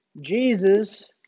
Jesus